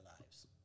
lives